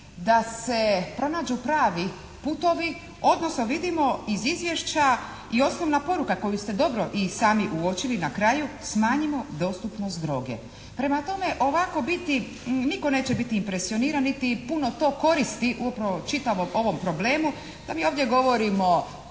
da se pronađu pravi putevi, odnosno vidimo iz izvješća i osnovna poruka koju ste dobro i sami uočili na kraju, smanjimo dostupnost droge. Prema tome, ovako biti, nitko neće biti impresioniran niti puno to koristi upravo čitavom ovom problemu da mi ovdje govorimo